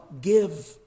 Give